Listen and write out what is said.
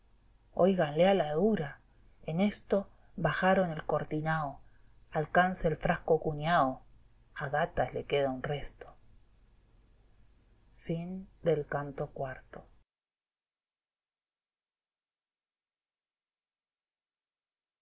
óiganle a la dura en esto bajaron el cortinao alcance el frasco cuuao ágatas le queda un resto